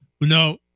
No